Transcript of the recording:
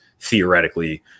theoretically